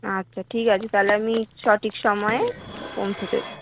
আচ্ছা ঠিক আছে তালে আমি সঠিক সময়ে পৌঁছে দেব